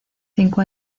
cinco